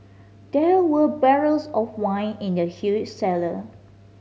there were barrels of wine in the huge cellar